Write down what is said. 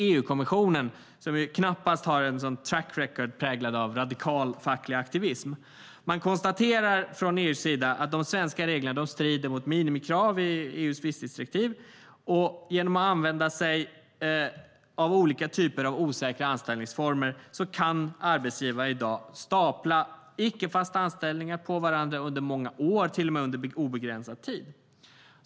EU-kommissionen har knappast en track record präglad av radikal facklig aktivism. Man konstaterar från EU:s sida att de svenska reglerna strider mot minimikrav i EU:s visstidsdirektiv. Genom att använda sig av olika typer av osäkra anställningsformer kan arbetsgivare i dag stapla icke-fasta anställningar på varandra under många år och till och med under obegränsad tid.